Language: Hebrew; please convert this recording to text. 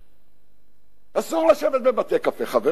חברים.